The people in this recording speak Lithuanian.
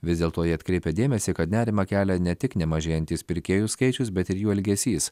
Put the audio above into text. vis dėlto jie atkreipia dėmesį kad nerimą kelia ne tik nemažėjantis pirkėjų skaičius bet ir jų elgesys